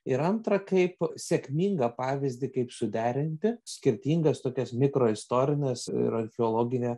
ir antra kaip sėkmingą pavyzdį kaip suderinti skirtingas tokias mikroistorines ir archeologinę